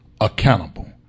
accountable